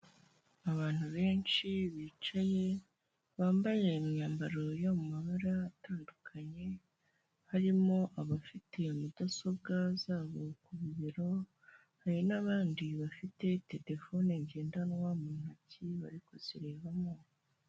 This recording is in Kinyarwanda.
Abantu benshi bicaye bambaye imyambaro yo mu mabara atandukanye, harimo abafite mudasobwa zabo ku bibero. Hari n'abandi bafite telefone ngendanwa mu ntoki bari kuzirebamo.